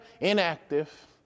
inactive